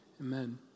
Amen